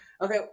Okay